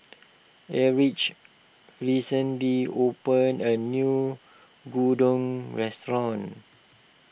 Erich recently opened a new Gyudon restaurant